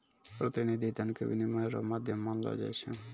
प्रतिनिधि धन के विनिमय रो माध्यम मानलो जाय छै